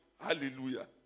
Hallelujah